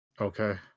Okay